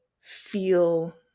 feel